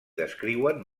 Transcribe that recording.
descriuen